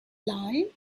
lie